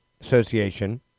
Association